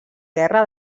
guerra